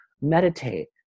meditate